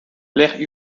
l’aire